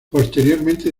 posteriormente